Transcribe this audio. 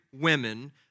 women